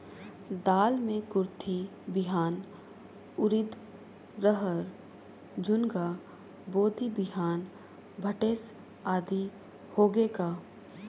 दाल मे कुरथी बिहान, उरीद, रहर, झुनगा, बोदी बिहान भटेस आदि होगे का?